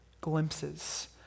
glimpses